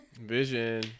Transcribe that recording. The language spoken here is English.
vision